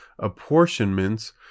apportionments